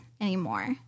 anymore